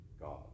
God